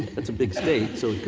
that's a big state, so